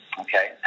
Okay